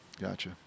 gotcha